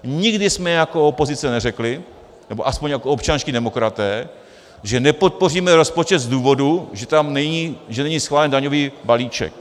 Nikdy jsme jako opozice neřekli, nebo aspoň jako občanští demokraté, že nepodpoříme rozpočet z důvodu, že není schválen daňový balíček.